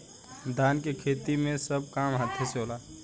धान के खेती मे सब काम हाथे से होला